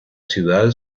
ciudad